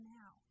now